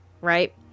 right